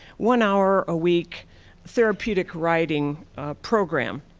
one hour a week therapeutic riding program.